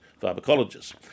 pharmacologists